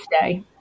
day